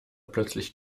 plötzlich